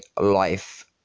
life